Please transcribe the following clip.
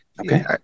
Okay